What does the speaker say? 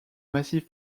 massif